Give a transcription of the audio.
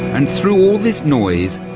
and through all this noise,